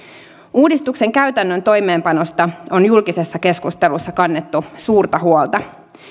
uudistuksen käytännön toimeenpanosta on julkisessa keskustelussa kannettu suurta huolta